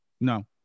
No